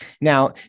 now